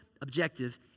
objective